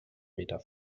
meter